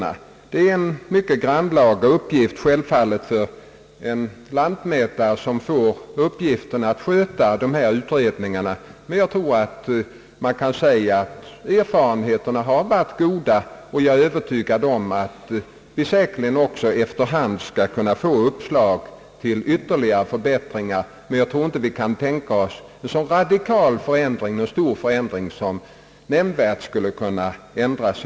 Självfallet är det en mycket grannlaga uppgift för lantmätarna att sköta sådana här utredningar, men jag tror man kan säga att erfarenheterna har varit goda, och jag är övertygad om att vi efter hand också skall kunna få uppslag till ytterligare förbättringar. Vi kan dock inte tänka oss en så stor och radikal förändring att situationen nämnvärt skulle kunna ändras.